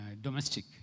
domestic